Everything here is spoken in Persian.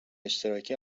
اشتراکی